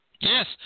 Yes